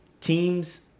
Teams